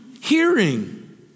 hearing